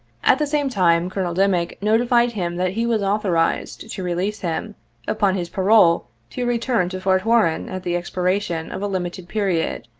at the same time, colonel dimick notified him that he was authorized to release him upon his parole to return to fort warren at the expi ration of a limited period,